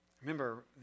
Remember